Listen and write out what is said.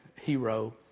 hero